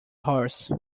horse